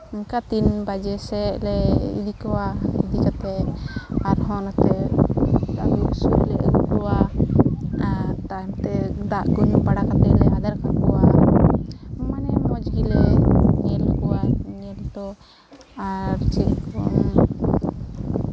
ᱚᱱᱠᱟ ᱛᱤᱱ ᱵᱟᱡᱮ ᱥᱮᱜ ᱞᱮ ᱤᱫᱤ ᱠᱚᱣᱟ ᱤᱫᱤ ᱠᱟᱛᱮᱫ ᱟᱨ ᱦᱚᱸ ᱱᱚᱛᱮ ᱟᱹᱭᱩᱵ ᱥᱩᱨ ᱞᱮ ᱟᱹᱜᱩ ᱠᱚᱣᱟ ᱟᱨ ᱛᱟᱭᱚᱢᱛᱮ ᱫᱟᱜ ᱠᱚ ᱧᱩ ᱵᱟᱲᱟ ᱠᱟᱛᱮᱫ ᱞᱮ ᱟᱫᱮᱨ ᱠᱟ ᱠᱚᱣᱟ ᱢᱟᱱᱮ ᱢᱚᱡᱽ ᱜᱮᱞᱮ ᱧᱮᱞ ᱠᱚᱣᱟ ᱧᱮᱞ ᱫᱚ ᱟᱨ ᱥᱮᱭ ᱨᱚᱠᱚᱢ